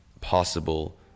possible